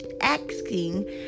asking